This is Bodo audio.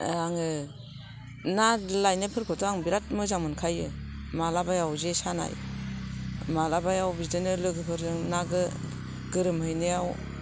आङो ना लायनाय फोरखौथ' आं बिराथ मोजां मोनखायो मालाबायाव जे सानाय मालाबायाव बिदिनो लोगोफोरजों ना गोरोमहैनायाव